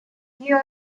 you